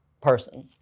person